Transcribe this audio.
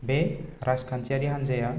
बे राजखान्थियारि हान्जाया